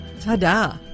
Ta-da